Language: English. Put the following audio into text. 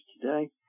today